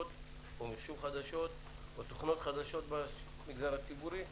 מחשוב חדשות או של תוכנות חדשות במגזר הציבורי,